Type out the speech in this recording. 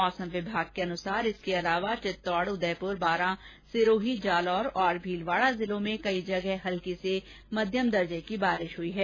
मौसम विभाग के अनुसार इसके अलावा चित्तौड उदयपुर बारा सिरोही जालोर और भीलवाडा जिलों में कई जगह हल्की से मध्यम दर्जे की बारिश हई है